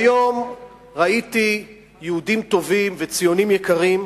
היום ראיתי יהודים טובים וציונים יקרים,